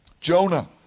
Jonah